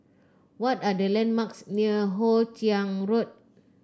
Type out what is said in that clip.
what are the landmarks near Hoe Chiang Road